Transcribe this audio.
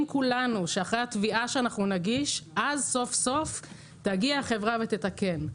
כולנו שאחרי התביעה שנגיש אז סוף-סוף תגיע החברה ותתקן.